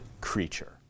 creature